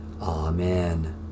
Amen